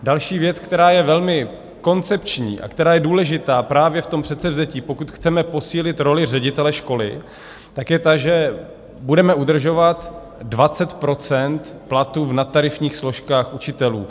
Další věc, která je velmi koncepční a která je důležitá právě v tom předsevzetí, pokud chceme posílit roli ředitele školy, je to, že budeme udržovat 20 % platů v nadtarifních složkách učitelů.